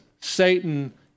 Satan